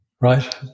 Right